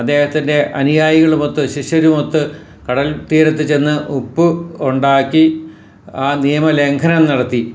അദ്ദേഹത്തിന്റെ അനുനായികളുമൊത്ത് ശിഷ്യരുമൊത്ത് കടല് തീരത്ത് ചെന്ന് ഉപ്പ് ഉണ്ടാക്കി ആ നിയമ ലംഘനം നടത്തി